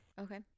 Okay